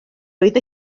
oedd